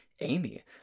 amy